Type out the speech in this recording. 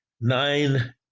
nine